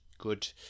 good